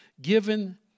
given